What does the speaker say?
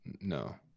no